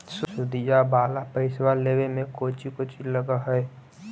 सुदिया वाला पैसबा लेबे में कोची कोची लगहय?